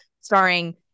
starring